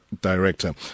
director